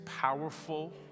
powerful